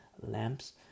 Lamps